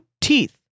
teeth